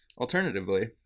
Alternatively